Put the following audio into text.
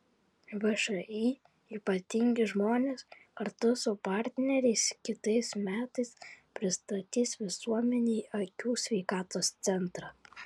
všį ypatingi žmonės kartu su partneriais kitais metais pristatys visuomenei akių sveikatos centrą